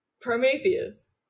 prometheus